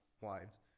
wives